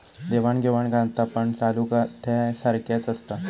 देवाण घेवाण खातापण चालू खात्यासारख्याच असता